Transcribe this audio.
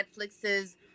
Netflix's